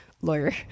lawyer